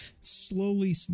slowly